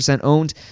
owned